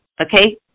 okay